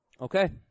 Okay